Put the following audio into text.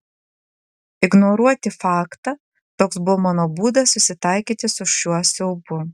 ignoruoti faktą toks buvo mano būdas susitaikyti su šiuo siaubu